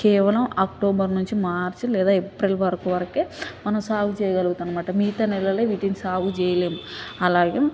కేవలం అక్టోబర్ నుంచి మార్చి లేదా ఏప్రియల్ వరకు వరకే మనం సాగు చేయగలుగుతాం అనమాట మిగతా నెలలో వీటిని సాగు చేయలేం అలాగే